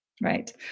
Right